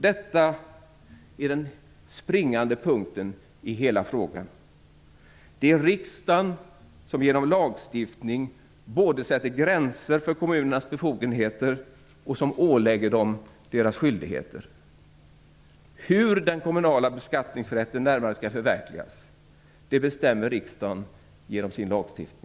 Detta är den springande punkten i hela frågan. Det är riksdagen som genom lagstiftning både sätter gränser för kommunernas befogenheter och ålägger dem deras skyldigheter. Hur den kommunala beskattningsrätten närmare skall förverkligas bestämmer riksdagen genom sin lagstiftning.